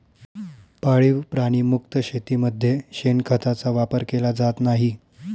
पाळीव प्राणी मुक्त शेतीमध्ये शेणखताचा वापर केला जात नाही